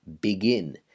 begin